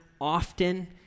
often